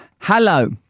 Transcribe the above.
hello